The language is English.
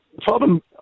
problem